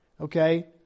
okay